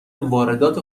واردات